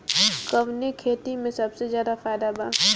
कवने खेती में सबसे ज्यादा फायदा बा?